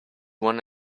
won